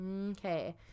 Okay